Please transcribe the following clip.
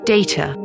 Data